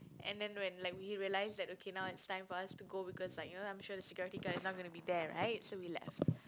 and then when like we realised that okay now it's time for us to go because like you know I'm sure the security guard is not going to be there right so we left